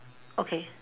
okay